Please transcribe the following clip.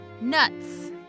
Nuts